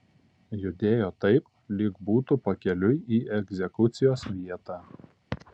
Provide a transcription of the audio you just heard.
judėjo taip lyg būtų pakeliui į egzekucijos vietą